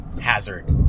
hazard